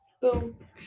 Boom